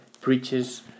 preaches